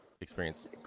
experience